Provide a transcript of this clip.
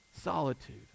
solitude